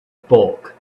bulk